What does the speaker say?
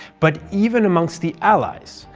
but even amongst the allies,